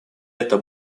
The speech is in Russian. это